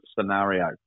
scenario